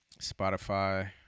Spotify